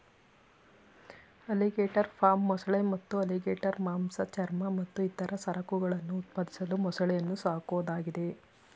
alligator farm ಮೊಸಳೆ ಮತ್ತು alligator ಮಾಂಸ ಚರ್ಮ ಮತ್ತು ಇತರ ಸರಕುಗಳನ್ನು ಉತ್ಪಾದಿಸಲು ಮೊಸಳೆಯನ್ನು ಸಾಕೋದಾಗಿದೆ